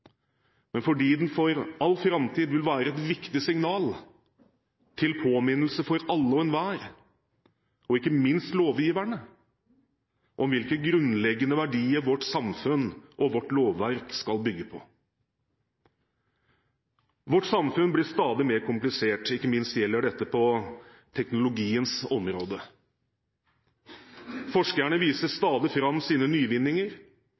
men fordi den for all framtid vil være et viktig signal til påminnelse for alle og enhver – og ikke minst lovgiverne – om hvilke grunnleggende verdier vårt samfunn og vårt lovverk skal bygge på. Vårt samfunn blir stadig mer komplisert, ikke minst gjelder dette på teknologiens område. Forskerne viser stadig fram sine nyvinninger,